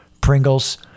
Pringles